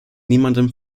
niemandem